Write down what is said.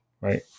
Right